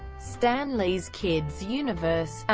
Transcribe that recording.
stan lee's kids universe,